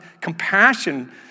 compassion